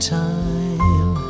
time